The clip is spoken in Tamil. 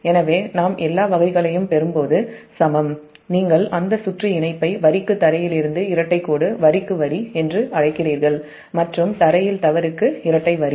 எனவே நாம் எல்லா வகைகளையும் பெறும்போது சமம் நீங்கள் அந்த சுற்று இணைப்பை வரிக்கு க்ரவுன்ட்ல் இருந்து இரட்டை கோடு வரிக்கு வரி என்று அழைக்கிறீர்கள் மற்றும் க்ரவுன்ட்ல் தவறுக்கு இரட்டை வரி